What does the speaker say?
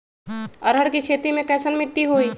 अरहर के खेती मे कैसन मिट्टी होइ?